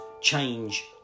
change